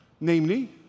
Namely